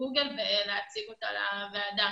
גוגל ולהציג אותה לוועדה.